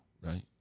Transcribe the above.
right